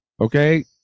okay